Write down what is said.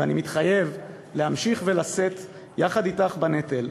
ואני מתחייב להמשיך ולשאת יחד אתך בנטל,